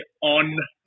on